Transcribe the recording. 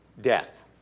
Death